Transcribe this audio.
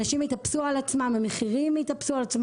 אנשים התאפסו על עצמם, המחירים התאפסו על עצמם.